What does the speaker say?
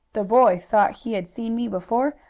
the boy thought he had seen me before,